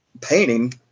painting